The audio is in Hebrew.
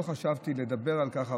לא חשבתי לדבר על כך,